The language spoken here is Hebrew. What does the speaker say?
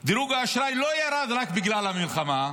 דירוג האשראי לא ירד רק בגלל המלחמה.